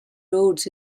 roads